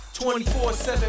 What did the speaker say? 24-7